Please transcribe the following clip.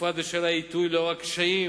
בפרט בשל העיתוי לאור הקשיים